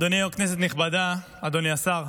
אדוני היו"ר, כנסת נכבדה, אדוני השר,